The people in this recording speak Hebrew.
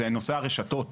זה נושא הרשתות.